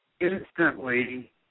instantly